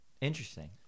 Interesting